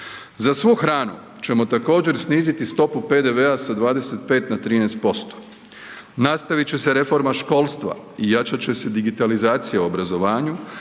Za svu hranu ćemo također sniziti stopu PDV-a sa 25% na 13%, nastavit će se reforma školstva i jačat će se digitalizacija u obrazovanju